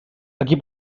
aquí